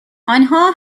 آنها